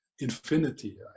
infinity